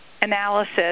analysis